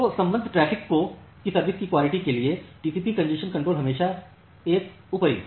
तो संबद्ध ट्रैफिक की सर्विस की क्वालिटी के लिए टीसीपीकॅन्जेशन कंट्रोल हमेशा एक उपरि है